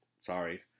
Sorry